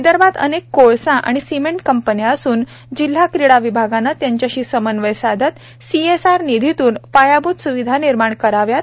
विदर्भात अनेक कोळसा व सिमेंट कंपन्या असून जिल्हा क्रीडा विभागाने त्यांच्याशी समन्वय साधत सीएसआर निधीतून पायाभूत स्विधा निर्माण कराव्यात